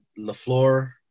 LaFleur